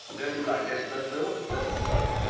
don't you like desk blokes, bill? listen, scotty.